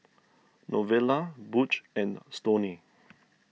Novella Butch and Stoney